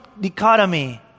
dichotomy